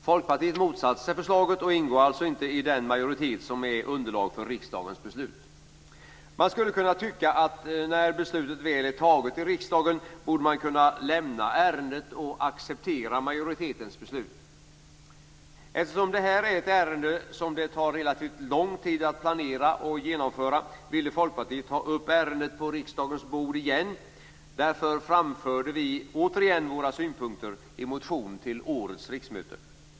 Folkpartiet motsatte sig förslaget och ingår alltså inte i den majoritet som är underlag för riksdagens beslut. Man skulle kunna tycka att när beslutet väl är fattat i riksdagen borde man kunna lämna ärendet och acceptera majoritetens beslut. Eftersom det här är ett ärende som det tar relativt lång tid att planera och genomföra ville Folkpartiet ha upp ärendet på riksdagens bord igen. Därför framförde vi återigen våra synpunkter i motion till årets riksmöte.